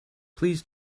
please